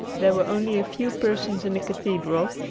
there were only a few persons in the cathedral,